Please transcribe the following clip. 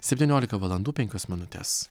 septyniolika valandų penkios minutės